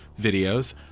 videos